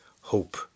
Hope